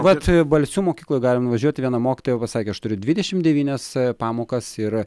vat balsių mokykloj galim nuvažiuoti viena mokytoja pasakė aš turiu dvidešimt devynias pamokas ir